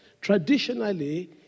traditionally